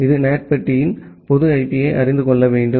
இது NAT பெட்டியின் பொது ஐபியை அறிந்து கொள்ள வேண்டும்